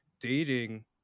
dating